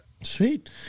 Sweet